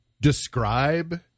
describe